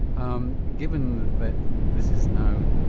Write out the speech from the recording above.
um given that this is now,